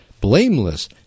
blameless